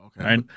okay